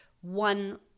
one